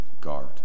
guard